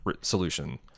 solution